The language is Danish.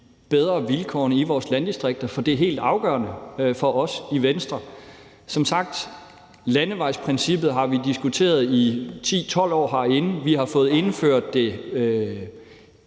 bedrer vilkårene i vores landdistrikter, for det er helt afgørende for os i Venstre. Som sagt har vi diskuteret landevejsprincippet i 10-12 år herinde, og vi har fået indført det